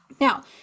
now